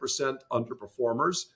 underperformers